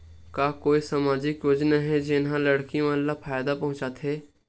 का कोई समाजिक योजना हे, जेन हा लड़की मन ला फायदा पहुंचाथे?